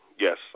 Yes